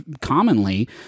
commonly